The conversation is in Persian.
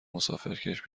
مسافرکش